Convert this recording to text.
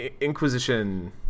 Inquisition